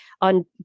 on